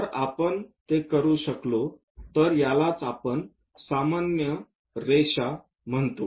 जर आपण ते करू शकलो तर यालाच आपण सामान्य रेषा म्हणतो